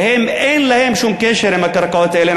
ולהם אין שום קשר עם הקרקעות האלה,